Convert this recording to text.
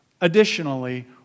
Additionally